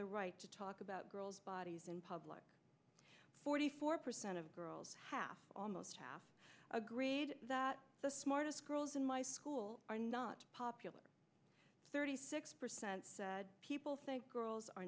the right to talk about girls bodies in public forty four percent of girls half almost half agreed that the smartest girls in my school are not popular thirty six percent said people think girls are